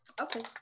Okay